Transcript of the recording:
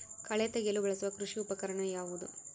ಕಳೆ ತೆಗೆಯಲು ಬಳಸುವ ಕೃಷಿ ಉಪಕರಣ ಯಾವುದು?